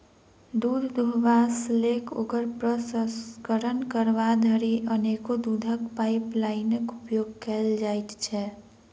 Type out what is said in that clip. दूध दूहबा सॅ ल क ओकर प्रसंस्करण करबा धरि अनेको दूधक पाइपलाइनक उपयोग कयल जाइत छै